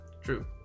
True